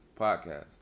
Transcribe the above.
Podcast